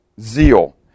Zeal